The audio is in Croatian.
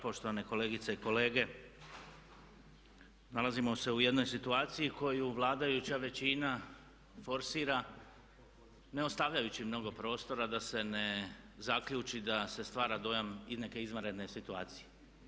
Poštovane kolegice i kolege nalazimo se u jednoj situaciji koju vladajuća većina forsira ne ostavljajući mnogo prostora da se ne zaključi da se stvara dojam i neke izvanredne situacije.